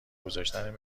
گذاشتن